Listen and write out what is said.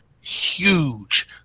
huge